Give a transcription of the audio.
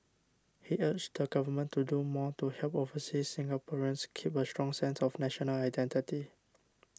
he urged the Government to do more to help overseas Singaporeans keep a strong sense of national identity